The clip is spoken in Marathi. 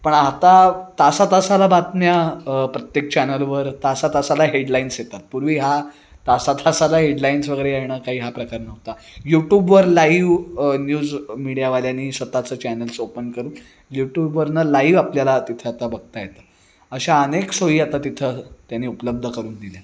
पण आता तासा तासाला बातम्या प्रत्येक चॅनलवर तासा तासाला हेडलाइन्स येतात पूर्वी हा तासा तासाला हेडलाइन्स वगैरे येणं काही हा प्रकार नव्हता यूटूबवर लाईव न्यूज मीडियावाल्यानी स्वतःचं चॅनल्स ओपन करून यूट्यूबवरनं लाईव आपल्याला तिथं आता बघता येतं अशा अनेक सोयी आता तिथं त्याने उपलब्ध करून दिल्या